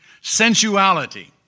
sensuality